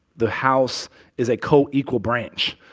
the house is a co-equal branch.